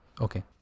okay